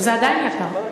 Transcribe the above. זה עדיין יקר.